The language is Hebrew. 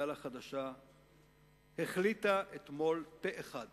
מפד"ל החדשה החליטה אתמול פה אחד